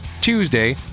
Tuesday